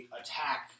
attack